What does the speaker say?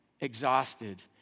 exhausted